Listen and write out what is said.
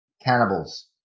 cannibals